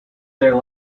there